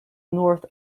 north